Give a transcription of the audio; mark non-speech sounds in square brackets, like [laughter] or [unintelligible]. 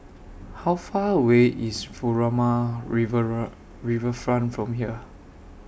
How Far away IS Furama [unintelligible] Riverfront from here